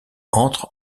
entrent